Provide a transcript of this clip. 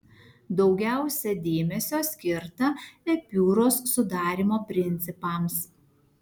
daugiausia dėmesio skirta epiūros sudarymo principams